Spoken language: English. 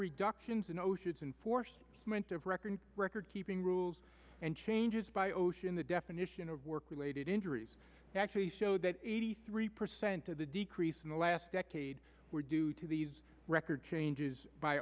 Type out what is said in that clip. reductions in osha's and force of record record keeping rules and changes by ocean the definition of work related injuries actually show that eighty three percent of the decrease in the last decade were due to these record changes by